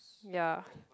ya